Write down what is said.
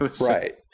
Right